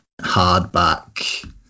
hardback